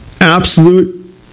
Absolute